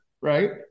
right